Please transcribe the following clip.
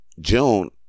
June